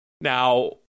Now